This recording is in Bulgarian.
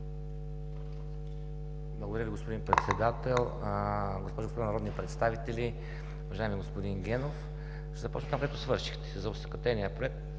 Благодаря Ви, господин Председател. Госпожи и господа народни представители! Уважаеми господин Генов, ще започна оттам, където свършихте – за осакатения проект,